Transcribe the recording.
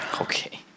Okay